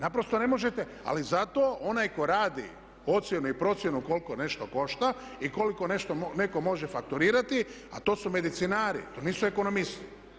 Naprosto ne možete, ali zato onaj tko radi ocjenu i procjenu koliko nešto košta i koliko netko može fakturirati, a to su medicinari, to nisu ekonomisti.